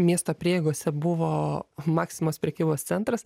miesto prieigose buvo maximos prekybos centras